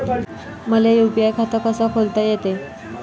मले यू.पी.आय खातं कस खोलता येते?